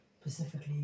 specifically